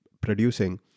producing